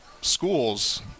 schools